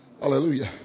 Hallelujah